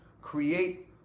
create